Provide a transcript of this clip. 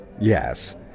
yes